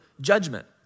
judgment